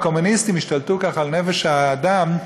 הקומוניסטים השתלטו ככה על נפש האדם,